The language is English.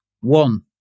One